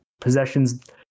possessions